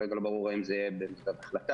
עדיין לא ברור אם זה בגדר החלטה,